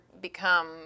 become